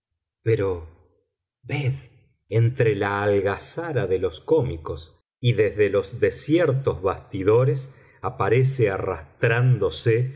pero ved entre la algazara de los cómicos y desde los desiertos bastidores aparece arrastrándose